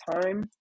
Time